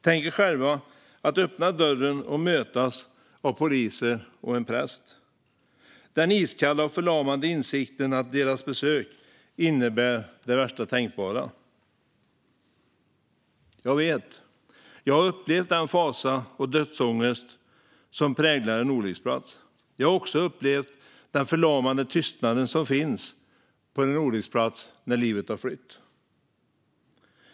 Tänk er själva att öppna dörren och mötas av poliser och en präst. Tänk er den iskalla, förlamande insikten att deras besök innebär det värsta tänkbara. Jag vet. Jag har upplevt den fasa och dödsångest som präglar en olycksplats. Jag har också upplevt den förlamande tystnaden på en olycksplats när livet har flytt.